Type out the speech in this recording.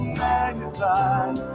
magnified